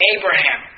Abraham